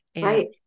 Right